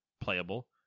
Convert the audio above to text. playable